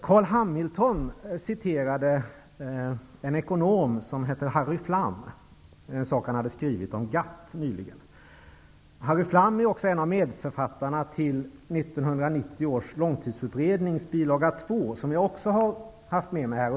Carl B Hamilton citerade en ekonom som heter Harry Flam. Det gällde något som han nyligen skrivit om GATT. Harry Flam är också en av medförfattarna till bilaga 2 till 1990 års långtidsutredning som jag också har med mig här.